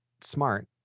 Smart